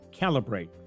Calibrate